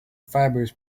fibers